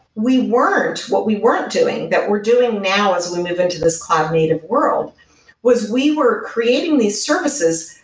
we weren't what we weren't doing that we're doing now as we move into this cloud native world was we were creating these services,